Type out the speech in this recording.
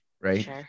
right